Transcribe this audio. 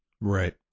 Right